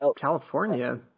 California